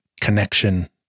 connection